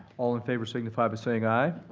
all in favor signify by saying aye.